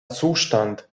zustand